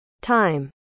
time